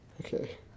Okay